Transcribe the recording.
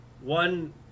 one